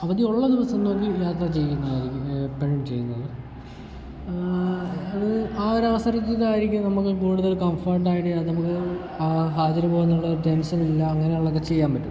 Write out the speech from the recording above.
അവധിയുള്ള ദിവസം നോക്കി യാത്ര ചെയ്യുന്നതായിരിക്കും എപ്പോഴും ചെയ്യുന്നത് അത് ആ ഒരു അവസരത്തിലായിരിക്കും നമുക്ക് കൂടുതൽ കംഫർട്ടായി നമുക്ക് ആ ഹാജർ പോകുമെന്നുള്ള ഒരു ടെൻഷനില്ല അങ്ങനെയുള്ളതൊക്കെ ചെയ്യാൻ പറ്റും